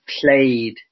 played